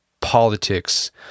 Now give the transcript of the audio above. politics